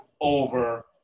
over